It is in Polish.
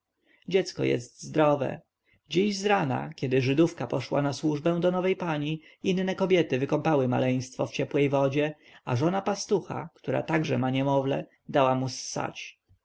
dziecko jest zdrowe dziś z rana kiedy żydówka poszła na służbę do nowej pani inne kobiety wykąpały maleństwo w ciepłej wodzie a żona pastucha która także ma niemowlę dała mu ssać